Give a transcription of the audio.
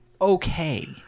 okay